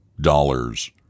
dollars